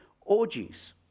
orgies